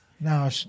Now